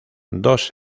dos